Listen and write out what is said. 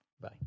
Bye